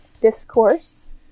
discourse